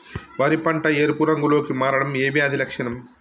వరి పంట ఎరుపు రంగు లో కి మారడం ఏ వ్యాధి లక్షణం?